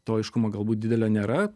to aiškumo galbūt didelio nėra